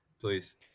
please